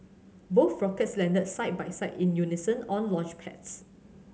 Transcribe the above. both rockets landed side by side in unison on launchpads